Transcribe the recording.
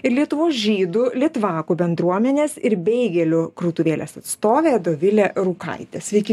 ir lietuvos žydų litvakų bendruomenės ir beigelių krautuvėlės atstovė dovilė rūkaitė sveiki